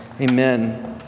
amen